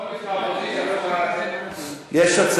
אין לי